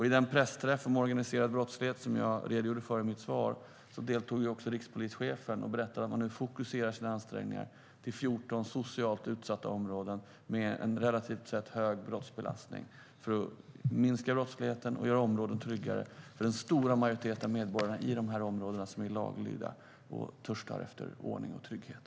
I den pressträff om organiserad brottlighet som jag redogjorde för i mitt svar deltog också rikspolischefen och berättade att man nu fokuserar sina ansträngningar till 14 socialt utsatta områden med en relativt sett hög brottsbelastning för att minska brottsligheten och göra områden tryggare för den stora majoritet av medborgare i de områdena som är laglydiga och törstar efter ordning och trygghet.